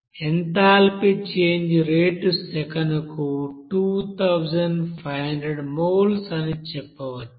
enthalpy change rate సెకనుకు 2500 moles అని చెప్పవచ్చు